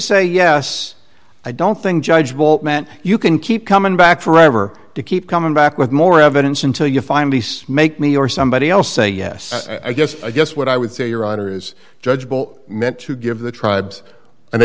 say yes i don't think judge bolt meant you can keep coming back forever to keep coming back with more evidence until you finally make me or somebody else say yes i guess i guess what i would say your honor is judged meant to give the tribes an